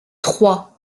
trois